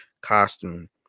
costume